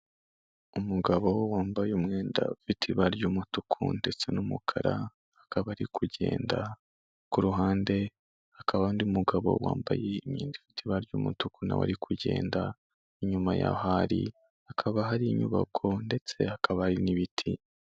Umugabo wambaye umwenda ufite ibara ry'umutuku ndetse n'umukara, akaba ari kugenda kuruhande hakaba undi mugabo wambaye imyenda ifite ibara ry'umutuku na we ari kugenda. Inyuma yaho ari hakaba hari inyubako ndetse hakaba hari n'ibiti.